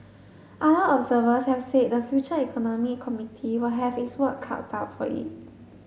other observers have said the Future Economy Committee will have its work cuts out for it